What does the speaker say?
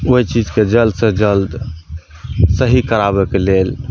ओहि चीजके जल्द से जल्द सही कराबैक लेल